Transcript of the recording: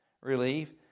relief